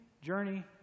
journey